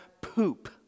poop